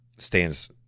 Stands